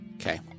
Okay